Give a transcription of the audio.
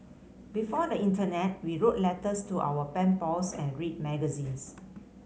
before the internet we wrote letters to our pen pals and read magazines